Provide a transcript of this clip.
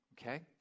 Okay